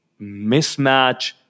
mismatch